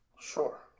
Sure